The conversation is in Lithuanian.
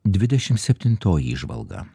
dvidešim septintoji įžvalga